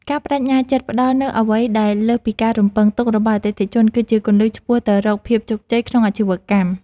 ការប្តេជ្ញាចិត្តផ្តល់នូវអ្វីដែលលើសពីការរំពឹងទុករបស់អតិថិជន គឺជាគន្លឹះឆ្ពោះទៅរកភាពជោគជ័យក្នុងអាជីវកម្ម។